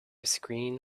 screen